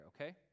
okay